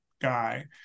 guy